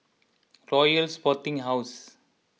Royal Sporting House